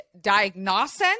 diagnosis